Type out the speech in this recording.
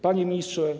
Panie Ministrze!